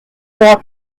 court